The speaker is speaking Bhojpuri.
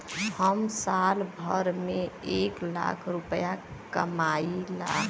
हम साल भर में एक लाख रूपया कमाई ला